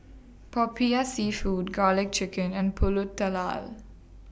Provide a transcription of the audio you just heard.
Popiah Seafood Garlic Chicken and Pulut Tatal